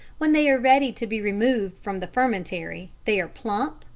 when they are ready to be removed from the fermentary they are plump,